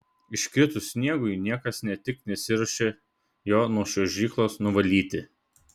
iškritus sniegui niekas ne tik nesiruošia jo nuo čiuožyklos nuvalyti